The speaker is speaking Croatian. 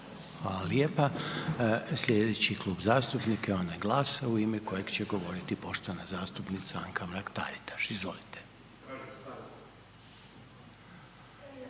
Hvala lijepa. Slijedeći Klub zastupnika je onaj GLAS-a u ime kojeg će govoriti poštovana zastupnica Anka Mrak Taritaš, izvolite.